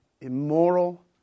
immoral